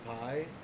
pie